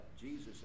Jesus